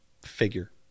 figure